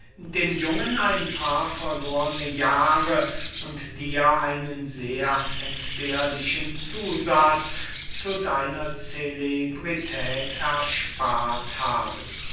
dem jungen ein paar verlorne jahre und dir einen sehr entbehrlichen zusatz zu deiner celebrität erspart haben